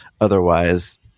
Otherwise